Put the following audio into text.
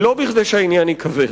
לא כדי שהעניין ייקבר,